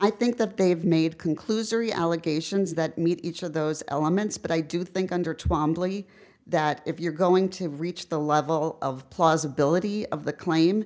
i think that they've made conclusory allegations that meet each of those elements but i do think under twamley that if you're going to reach the level of plausibility of the claim